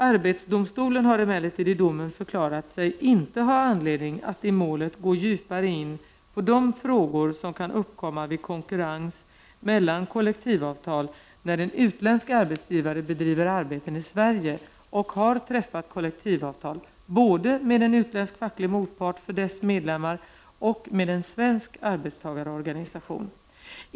Arbetsdomstolen har emellertid i domen förklarat sig inte ha anledning att i målet gå djupare in på de frågor som kan uppkomma vid konkurrens mellan kollektivavtal när en utländsk arbetsgivare bedriver arbeten i Sverige och har träffat kollektivavtal både med en utländsk facklig motpart för dess medlemmar och med en svensk arbetstagarorganisation.